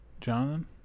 Jonathan